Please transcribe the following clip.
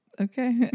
Okay